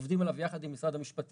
עובדים עליו יחד עם משרד המשפטים.